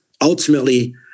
ultimately